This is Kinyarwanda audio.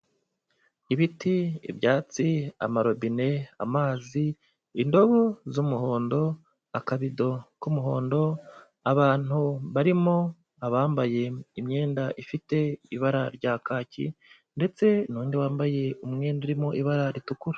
Ibiti, byatsi, amarobine, amazi, indobo z'umuhondo, akabido k'umuhondo, abantu barimo abambaye imyenda ifite ibara rya kaki ndetse n'undi wambaye umwenda urimo ibara ritukura.